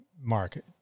mark